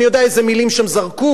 אני יודע איזה מלים הם זרקו?